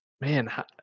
Man